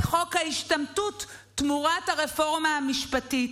חוק ההשתמטות תמורת הרפורמה המשפטית?